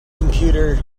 computer